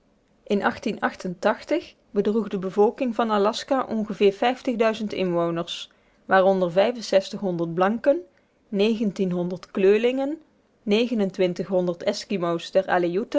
in bedroeg de bevolking van aljaska ongeveer inwoners waaronder blanken kleurlingen eskimo's